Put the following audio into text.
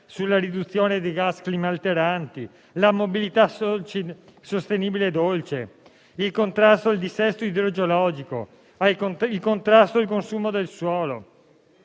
sulla riduzione dei gas climalteranti, la mobilità sostenibile e dolce, il contrasto al dissesto idrogeologico, il contrasto al consumo del suolo,